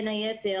בין היתר,